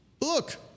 look